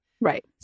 Right